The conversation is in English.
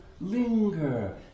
linger